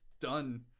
done